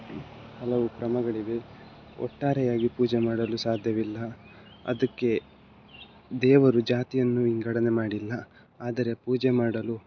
ಹಲವು ಕ್ರಮಗಳಿವೆ ಒಟ್ಟಾರೆಯಾಗಿ ಪೂಜೆ ಮಾಡಲು ಸಾಧ್ಯವಿಲ್ಲ ಅದಕ್ಕೆ ದೇವರು ಜಾತಿಯನ್ನು ವಿಂಗಡಣೆ ಮಾಡಿಲ್ಲ ಆದರೆ ಪೂಜೆ ಮಾಡಲು